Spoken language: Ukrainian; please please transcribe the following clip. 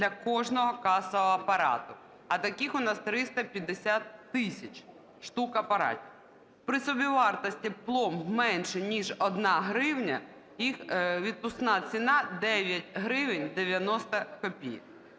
для кожного касового апарату. А таких у нас 350 тисяч штук апаратів. При собівартості пломб менше ніж 1 гривня їх відпускна ціна 9 гривень 90 копійок.